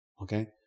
Okay